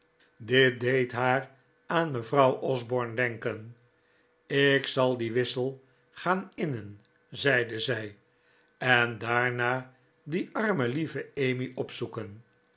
dit deed haar aan mevrouw osborne denken ik zal dien wissel gaan innen zeide zij en daarna die arme lieve emmy opzoeken